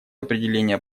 определения